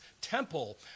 temple